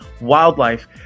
wildlife